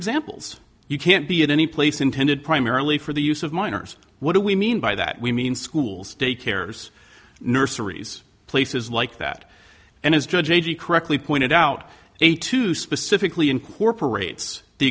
examples you can't be at any place intended primarily for the use of minors what do we mean by that we mean schools daycares nurseries places like that and as judge agee correctly pointed out a two specifically incorporates the